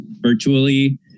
virtually